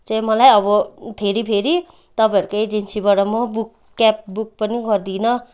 चाहिँ मलाई अब फेरी फेरी तपाईँहरूको एजेन्सीबाट म बुक क्याब बुक पनि गर्दिनँ